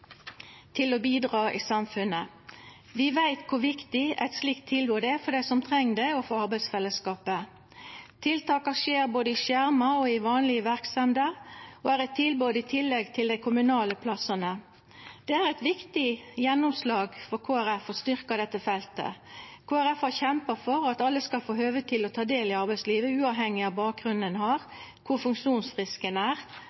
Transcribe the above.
til å bidra i samfunnet. Vi veit kor viktig eit slikt tilbod er for dei som treng det, og for arbeidsfellesskapet. Tiltaka skjer både i skjerma og i vanlege verksemder og er eit tilbod som kjem i tillegg til dei kommunale plassane. Det er eit viktig gjennomslag for Kristeleg Folkeparti å styrkja dette feltet. Kristeleg Folkeparti har kjempa for at alle skal få høve til å ta del i arbeidslivet, uavhengig av kva bakgrunn ein har, kor funksjonsfrisk ein er,